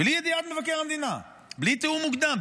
בלי ידיעת מבקר המדינה, בלי תיאום מוקדם.